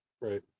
Right